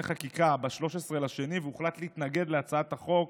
חקיקה ב-13 בפברואר והוחלט להתנגד להצעת החוק.